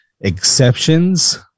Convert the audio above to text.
exceptions